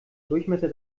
durchmesser